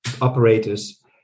operators